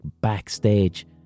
backstage